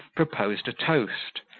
proposed a toast,